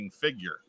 figure